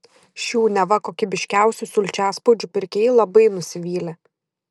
šių neva kokybiškiausių sulčiaspaudžių pirkėjai labai nusivylę